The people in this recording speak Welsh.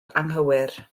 anghywir